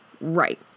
Right